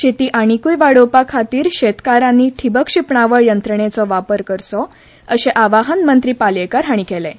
शेती आनिकूय वाडोवपा खातीर शेतकारांनी ठींबक शिंपणावळ यंत्रणंचो वापर करचो अशें आवाहन मंत्री पालयेंकार हांणी केलें